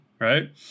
right